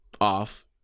off